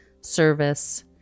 service